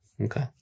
Okay